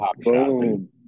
Boom